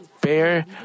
bear